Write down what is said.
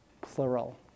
Plural